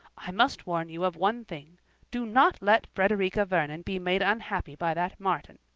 i must warn you of one thing do not let frederica vernon be made unhappy by that martin.